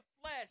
flesh